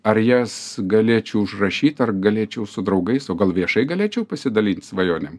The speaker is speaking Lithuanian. ar jas galėčiau užrašyt ar galėčiau su draugais o gal viešai galėčiau pasidalint svajonėm